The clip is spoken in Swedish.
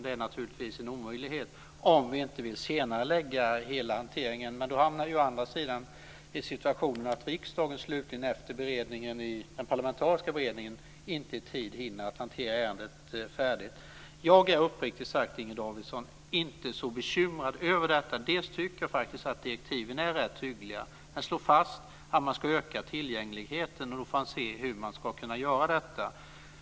Det är naturligtvis en omöjlighet om vi inte vill senarelägga hela hanteringen. Men då hamnar vi å andra sidan i situationen att riksdagen slutligen, efter den parlamentariska beredningen, inte i tid hinner att hantera ärendet färdigt. Jag är uppriktigt sagt, Inger Davidson, inte så bekymrad över detta. Jag tycker faktiskt att direktiven är rätt hyggliga. De slår fast att man ska öka tillgängligheten. Då får han se hur man ska kunna göra detta.